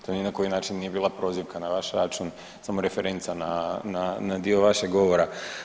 To ni na koji način nije bila prozivka na vaš račun, samo referenca na, na dio vašeg govora.